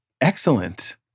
excellent